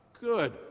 good